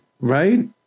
Right